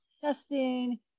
testing